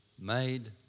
made